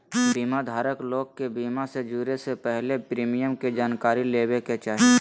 बीमा धारक लोग के बीमा से जुड़े से पहले प्रीमियम के जानकारी लेबे के चाही